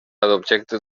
objecte